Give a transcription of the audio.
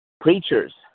Preachers